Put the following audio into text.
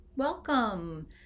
Welcome